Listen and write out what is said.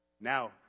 Now